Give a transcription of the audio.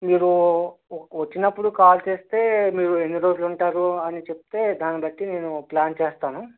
మీరు వచ్చినప్పుడు కాల్ చేస్తే మీరు ఎన్ని రోజులు ఉంటారు అని చెప్తే దాన్ని బట్టి నేను ప్ల్యాన్ చేస్తాను